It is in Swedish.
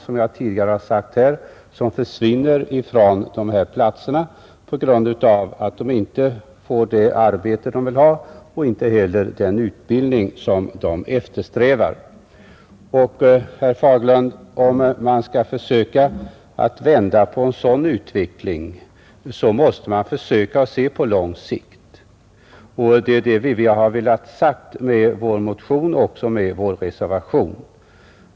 Som jag tidigare här har talat om försvinner ungdomarna från dessa områden på grund av att de inte får det arbete de vill ha och inte heller den utbildning som de eftersträvar. Herr Fagerlund, om man skall försöka vända en sådan utveckling måste man se problemen på lång sikt. Det är detta vi har velat säga med vår motion och även med vår reservation.